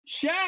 Chef